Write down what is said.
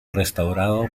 restaurado